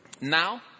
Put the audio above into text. Now